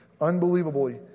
Unbelievably